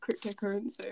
cryptocurrency